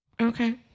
Okay